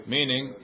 Meaning